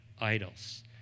idols